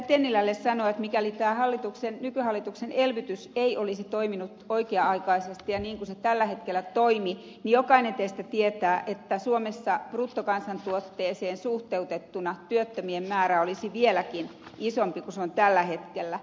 tennilälle sanoa että mikäli tämä nykyhallituksen elvytys ei olisi toiminut oikea aikaisesti ja niin kuin se tällä hetkellä toimii niin jokainen teistä tietää että suomessa bruttokansantuotteeseen suhteutettuna työttömien määrä olisi vieläkin isompi kuin se on tällä hetkellä